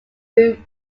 routes